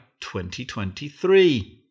2023